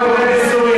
תראה מה קורה בסוריה,